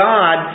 God